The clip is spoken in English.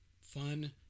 fun